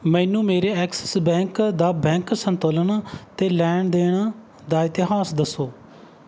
ਮੈਨੂੰ ਮੇਰੇ Axis bank ਦਾ ਬੈਂਕ ਸੰਤੁਲਨ ਅਤੇ ਲੈਣ ਦੇਣ ਦਾ ਇਤਿਹਾਸ ਦੱਸੋ